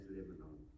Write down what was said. Lebanon